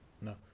no